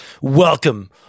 Welcome